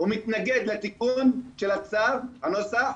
ומתנגד לתיקון של הצו הנוסף